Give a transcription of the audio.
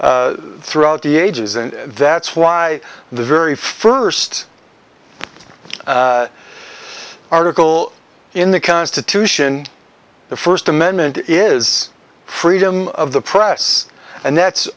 throughout the ages and that's why the very first article in the constitution the first amendment is freedom of the press and that's